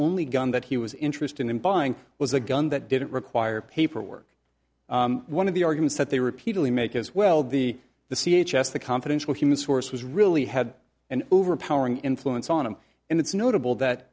only gun that he was interested in buying was a gun that didn't require paperwork one of the arguments that they repeatedly make is well the the c h s the confidential human source was really had an overpowering influence on them and it's notable that